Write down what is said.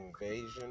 Invasion